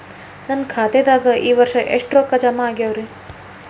ನನ್ನ ಖಾತೆದಾಗ ಈ ವರ್ಷ ಎಷ್ಟು ರೊಕ್ಕ ಜಮಾ ಆಗ್ಯಾವರಿ?